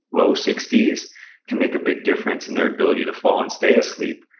low sixty s can make a big difference in their ability to fall, and stay asleep.